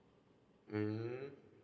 mm